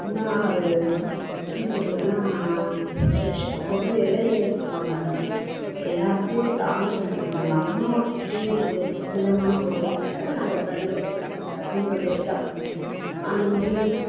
மூணாவது எப்படி சொல்கிறதுனா ஃப்ரெண்ஷிப்புக்கு வந்து எல்லையே இல்லைன்னு சொல்லுவாங்க அது மாதிரி எல்லாத்தையும் தாண்டினது நம்ம அம்மா எப்படி ஒரு புனிதமான உறவோ அது மாதிரி நம்ம ஃப்ரெண்டும் ரொம்ப பெஸ்ட்டாக அந்த மாதிரி